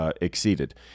exceeded